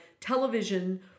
television